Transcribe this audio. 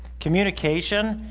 communication,